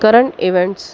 current events